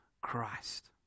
Christ